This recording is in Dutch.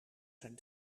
zijn